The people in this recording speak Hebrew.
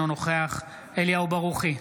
אינו נוכח אליהו ברוכי,